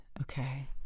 Okay